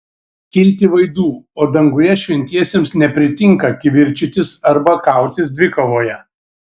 kilti vaidų o danguje šventiesiems nepritinka kivirčytis arba kautis dvikovoje